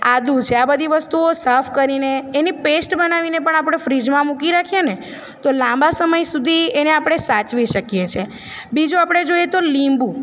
આદુ છે આ બધી વસ્તુઓ સાફ કરીને એની પેસ્ટ બનાવીને પણ આપળે ફ્રીઝમાં મૂકી રાખીએને તો લાંબા સમય સુધી એને આપણે સાચવી શકીએ છે બીજું આપણે જોઈએ તો લીંબુ